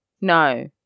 No